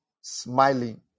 smiling